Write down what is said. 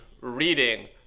reading